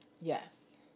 Yes